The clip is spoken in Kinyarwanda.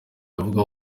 avuga